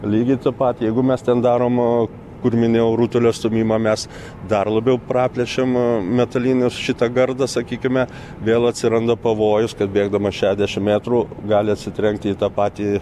lygiai tą patį jeigu mes ten darom kur minėjau rutulio stūmimą mes dar labiau praplečiam metalinį šitą gardą sakykime vėl atsiranda pavojus kad bėgdamas šešiasdešimt metrų gali atsitrenkti į tą patį